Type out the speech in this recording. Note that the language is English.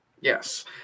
Yes